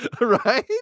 Right